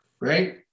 right